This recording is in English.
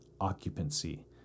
occupancy